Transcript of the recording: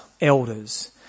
elders